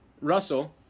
Russell